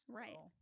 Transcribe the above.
right